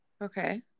Okay